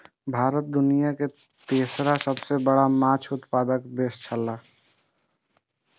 भारत दुनिया के तेसर सबसे बड़ा माछ उत्पादक देश छला